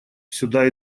сюда